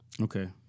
Okay